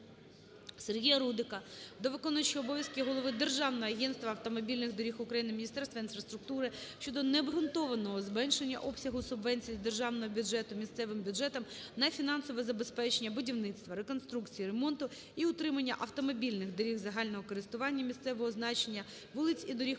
Сергія Рудика до виконуючого обов'язки голови Державного агентства автомобільних доріг України, Міністерства інфраструктури щодо необґрунтованого зменшення обсягу субвенції з державного бюджету місцевим бюджетам на фінансове забезпечення будівництва, реконструкції, ремонту і утримання автомобільних доріг загального користування місцевого значення, вулиць і доріг